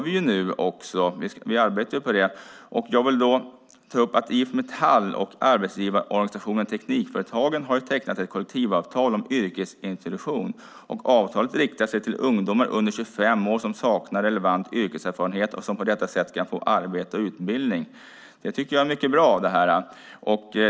Vi arbetar på det. IF Metall och arbetsgivarorganisationen Teknikföretagen har tecknat ett kollektivavtal om yrkesintroduktion. Avtalet riktar sig till ungdomar under 25 år som saknar relevant yrkeserfarenhet. De kan på detta sätt få arbete och utbildning. Jag tycker att det är mycket bra.